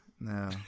No